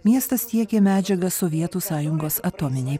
miestas tiekė medžiagas sovietų sąjungos atominei